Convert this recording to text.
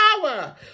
power